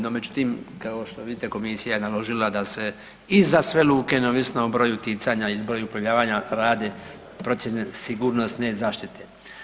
No međutim kao što vidite, Komisija je naložila da se i za sve luke, neovisno o broju ticanja i broju uplovljavanja rade procjene sigurnosne zaštite.